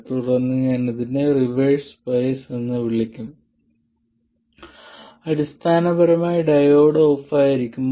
തുടർന്ന് ഞാൻ അതിനെ റിവേഴ്സ് ബയസ് എന്ന് വിളിക്കും അടിസ്ഥാനപരമായി ഡയോഡ് ഓഫായിരിക്കുമ്പോൾ